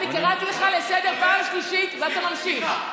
אני קראתי אותך לסדר פעם שלישית ואתה ממשיך.